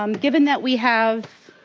um given that we have